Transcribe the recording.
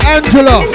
Angela